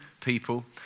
people